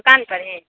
दुकान पर ही